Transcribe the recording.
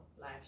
life